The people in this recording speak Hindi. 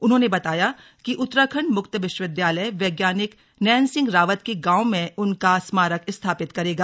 उन्होंने बताया कि उत्तराखंड मुक्त विश्वविद्यालय वैज्ञानिक नैन सिंह रावत के गांव में उनका स्मारक स्थापित करेगा